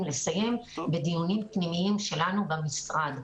לסיים בדיונים פנימיים שלנו במשרד.